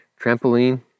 trampoline